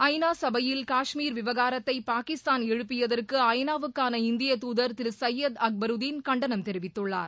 ஐநா சபையில் காஷ்மீர் விவகாரத்தை பாகிஸ்தான் எழுப்பியதற்கு ஐநாவுக்கான இந்திய தூதர் திரு சையத் அக்பருதீன் கண்டனம் தெரிவித்துள்ளார்